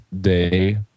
day